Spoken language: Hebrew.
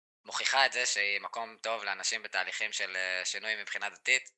מוכיחה את זה שהיא מקום טוב לאנשים בתהליכים של שינוי מבחינה דתית...